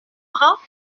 bras